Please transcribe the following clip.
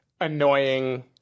annoying